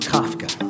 Kafka